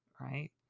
right